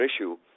issue